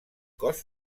cos